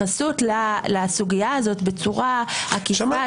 וההתייחסות לסוגייה הזאת בצורה עקיפה